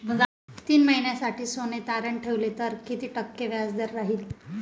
तीन महिन्यासाठी सोने तारण ठेवले तर किती टक्के व्याजदर राहिल?